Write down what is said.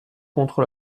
contre